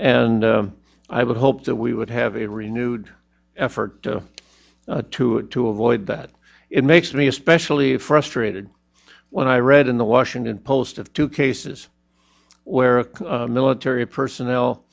and i would hope that we would have a renewed effort to it to avoid that it makes me especially frustrated when i read in the washington post of two cases where a military personnel